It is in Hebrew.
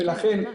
זה מה שהוא אמר?